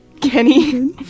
Kenny